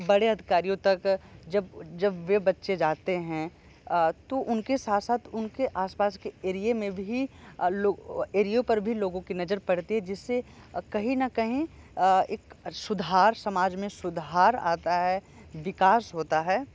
बड़े अधिकारियों तक जब जब वह बच्चे जाते हैं तो उनके साथ साथ उनके आस पास के एरिये में भी एरिया पर भी लोगों की नजर पड़ती है जिससे कहीं न कहीं एक सुधार समाज में सुधार आता है विकास होता है